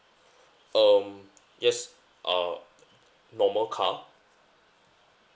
um yes uh normal car